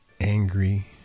angry